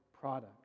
product